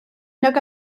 nag